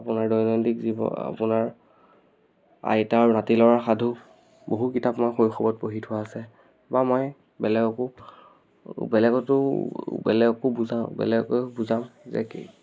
আপোনাৰ দৈনন্দিক জীৱ আপোনাৰ আইতা আৰু নাতি ল'ৰা সাধু বহু কিতাপ মই শৈশৱত পঢ়ি থোৱা আছে বা মই বেলেগকো বেলেগতো বেলেগকো বুজাওঁ বেলেগকো বুজাওঁ যে কি